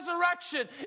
resurrection